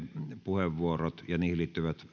puheenvuorot ja niihin liittyvät